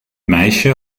meisje